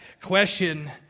question